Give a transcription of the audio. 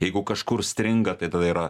jeigu kažkur stringa tai tada yra